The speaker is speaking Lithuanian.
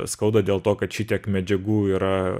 skauda dėl to kad šitiek medžiagų yra